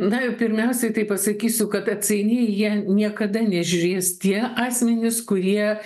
na pirmiausiai tai pasakysiu kad atsainiai jie niekada nežiūrės tie asmenys kurie